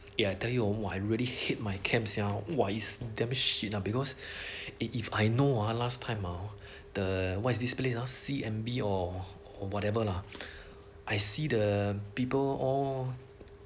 ya I tell you why really hate my camp sia !wah! it's damn shit lah because if I know ah last time ah the what is this place ah C_M_B or or whatever lah I see the people all